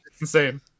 Insane